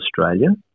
Australia